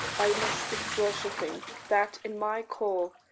i must sit worshipping that, in my core,